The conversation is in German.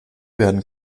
werden